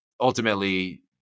ultimately